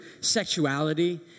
sexuality